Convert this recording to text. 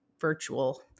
virtual